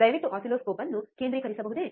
ದಯವಿಟ್ಟು ಆಸಿಲ್ಲೋಸ್ಕೋಪ್ ಅನ್ನು ಕೇಂದ್ರೀಕರಿಸಬಹುದೇ